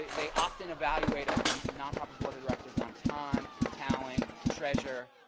they often evaluate a and nonprofit board of directors on time, talent, treasure,